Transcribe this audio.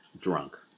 drunk